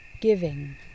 Giving